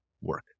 work